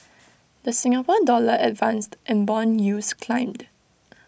the Singapore dollar advanced and Bond yields climbed